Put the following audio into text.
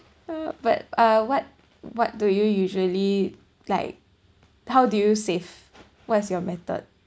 uh but uh what what do you usually like how do you save what's your method